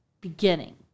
beginning